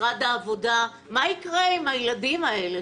משרד העבודה מה יקרה עם הילדים האלה,